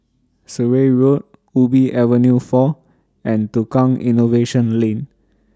Surrey Road Ubi Avenue four and Tukang Innovation Lane